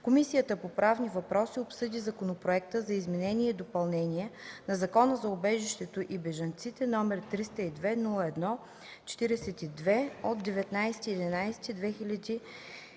Комисията по правни въпроси обсъди Законопроекта за изменение и допълнение на Закона за убежището и бежанците, № 302-01-42, от 19